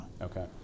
Okay